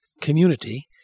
community